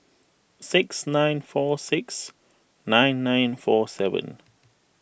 six nine four six nine nine four seven